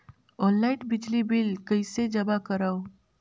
Online बिजली bill कइसे जमा करव?